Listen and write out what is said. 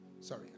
Sorry